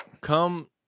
come